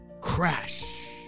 Crash